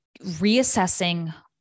reassessing